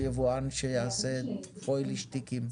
הקנס על יבואן שיעשה "פוילע שטיקים".